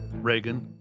reagan,